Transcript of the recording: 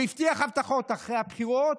הוא הבטיח הבטחות אחרי הבחירות,